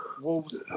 Wolves